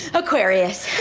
aquarius